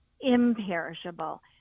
imperishable